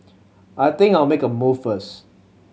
I think I'll make a move first